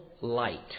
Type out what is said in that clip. light